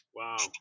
Wow